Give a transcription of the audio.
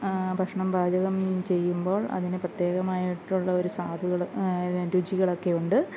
ഭക്ഷണം പാചകം ചെയ്യുമ്പോള് അതിന് പ്രത്യേകമായിട്ടുള്ള ഒരു സ്വാദുകൾ രുചികളൊക്കെ ഉണ്ട്